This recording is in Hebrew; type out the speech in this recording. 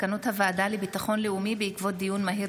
מסקנות הוועדה לביטחון לאומי בעקבות דיון מהיר